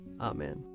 Amen